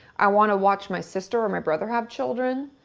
i want to watch my sister or my brother have children.